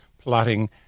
plotting